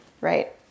right